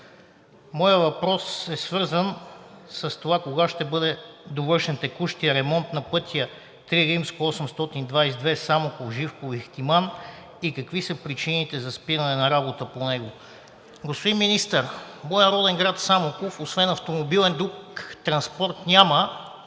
Моят въпрос е свързан с това кога ще бъде довършен текущият ремонт на път III-822 Самоков – Живково – Ихтиман и какви са причините за спиране на работата по него? Господин Министър, в моя роден град Самоков освен автомобилен, друг транспорт няма,